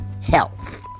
health